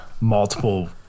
multiple